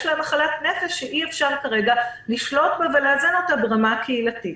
להם מחלת נפש שאי אפשר כרגע לשלוט בה ולאזן אותה ברמה הקהילתית.